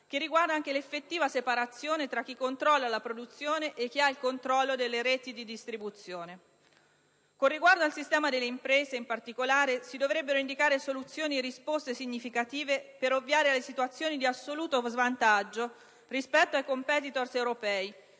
legislatura di effettiva separazione tra chi controlla la produzione e chi ha il controllo delle reti di distribuzione. Con riguardo al sistema delle imprese, in particolare, si dovrebbero indicare soluzioni e risposte significative per ovviare alle situazioni di assoluto svantaggio rispetto ai *competitors* europei